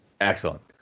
Excellent